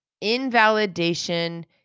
Invalidation